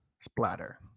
splatter